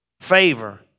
Favor